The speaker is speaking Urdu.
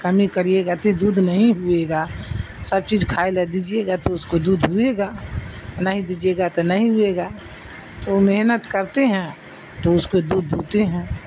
کمی کریے گا تو دودھ نہیں ہوئے گا سب چیز کھائے لا دیجیے گا تو اس کو دودھ ہوئے گا نہیں دیجیے گا تو نہیں ہوئے گا تو وہ محنت کرتے ہیں تو اس کو دودھ دوہتے ہیں